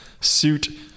suit